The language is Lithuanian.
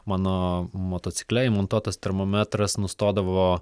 mano motocikle įmontuotas termometras nustodavo